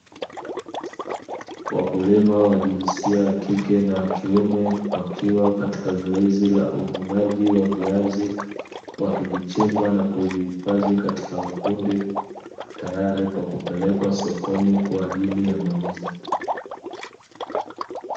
Wakulima wa jinsia ya kike na kiume wakiwa katika zoezi la uvunjai wa viazi, wakivichimba na kuvihifadhi katika makundi tayari kwa kupelekwa sokoni kwa ajili ya mauzo.